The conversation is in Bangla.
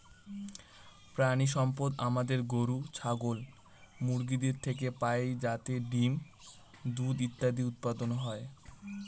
প্রানীসম্পদ আমাদের গরু, ছাগল, মুরগিদের থেকে পাই যাতে ডিম, দুধ ইত্যাদি উৎপাদন হয়